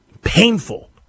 Painful